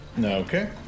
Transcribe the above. Okay